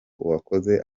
uwakoze